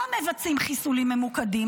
לא מבצעים חיסולים ממוקדים,